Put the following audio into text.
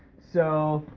so,